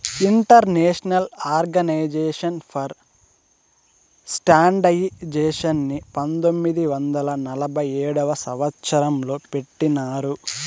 international organization for స్టాండర్డయిజేషన్ని పంతొమ్మిది వందల నలభై ఏడవ సంవచ్చరం లో పెట్టినారు